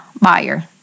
buyer